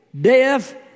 death